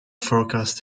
forecast